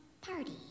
party